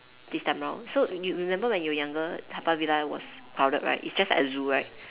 this time round so you remember when you were younger Haw Par Villa was crowded right it's just like a zoo right